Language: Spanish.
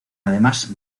además